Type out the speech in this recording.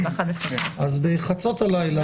אז בחצות הלילה,